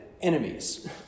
Enemies